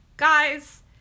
Guys